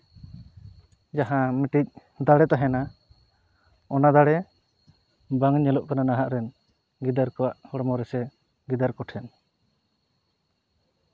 ᱡᱟᱦᱟᱸ ᱢᱤᱫᱴᱤᱱ ᱫᱟᱲᱮ ᱛᱟᱦᱮᱱᱟ ᱚᱱᱟ ᱫᱟᱲᱮ ᱵᱟᱝ ᱧᱮᱞᱚᱜ ᱠᱟᱱᱟ ᱱᱟᱦᱟᱜ ᱨᱮᱱ ᱜᱤᱫᱟᱹᱨ ᱠᱚᱣᱟᱜ ᱦᱚᱲᱢᱚ ᱨᱮ ᱥᱮ ᱜᱤᱫᱟᱹᱨ ᱠᱚ ᱴᱷᱮᱱ